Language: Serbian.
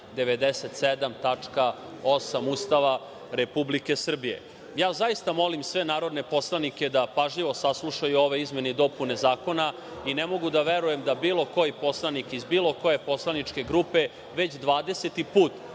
8. Ustava Republike Srbije. Ja zaista molim sve poslanike da pažljivo saslušaju ove izmene i dopune zakona i ne mogu da verujem da bilo koji poslanik iz bilo koje poslaničke grupe već